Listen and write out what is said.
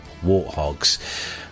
warthogs